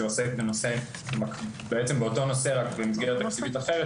שעוסק בעצם באותו הנושא רק במסגרת תקציבית אחרת,